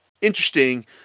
interesting